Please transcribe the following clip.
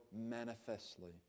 manifestly